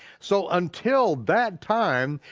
so until that time,